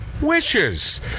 wishes